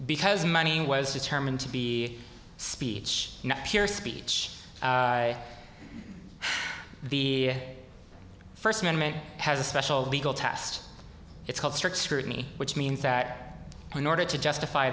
because money was determined to be speech pure speech the first amendment has a special legal test it's called strict scrutiny which means that in order to justify